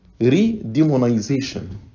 Re-demonization